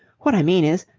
what i mean is,